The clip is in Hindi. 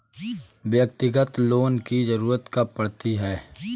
व्यक्तिगत लोन की ज़रूरत कब पड़ती है?